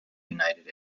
united